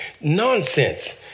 Nonsense